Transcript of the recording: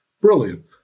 Brilliant